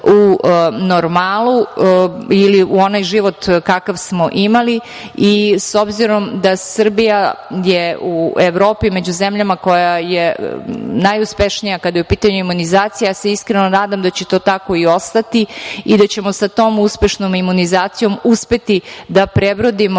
u normalu ili u onaj život kakav smo imali. S obzirom da Srbija je u Evropi među zemljama koja je najuspešnija kada je u pitanju imunizacija, ja se iskreno nadam da će to tako i ostati i da ćemo sa tom uspešnom imunizacijom uspeti da prebrodimo,